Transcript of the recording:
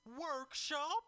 Workshop